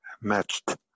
matched